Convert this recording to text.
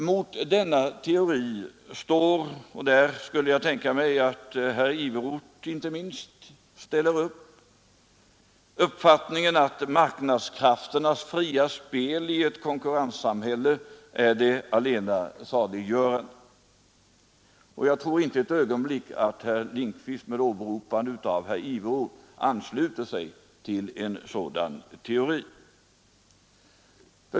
Mot denna teori står — och där skulle jag tänka mig att inte minst herr Iveroth ställer upp — uppfattningen att marknadskrafternas fria spel i ett konkurrenssamhälle är det allena saliggörande. Jag tror inte ögonblick att herr Lindkvist med åberopande av herr Iveroth ansluter sig till en sådan teori.